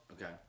Okay